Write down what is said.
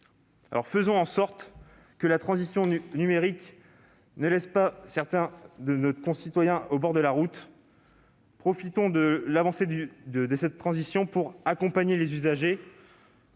Faisons en sorte que la transition numérique ne laisse pas certains de nos concitoyens au bord de la route. Profitons de l'avancée de cette transition pour accompagner les usagers